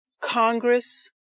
Congress